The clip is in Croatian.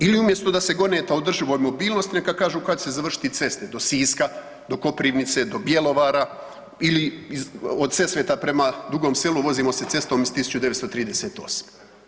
Ili umjesto da se goni ta održiva mobilnost, neka kažu kad će se dovršiti ceste do Siska, do Koprivnice, do Bjelovara ili od Sesveta prema Dugom Selu vozimo se cestom iz 1938.